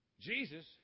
Jesus